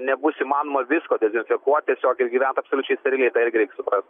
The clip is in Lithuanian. nebus įmanoma visko dezinfekuoti tiesiog ir gyvent absoliučiai steriliai tą irgi reik suprast